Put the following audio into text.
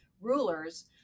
rulers